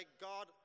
God